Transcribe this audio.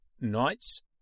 Knights